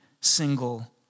single